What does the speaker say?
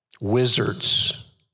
wizards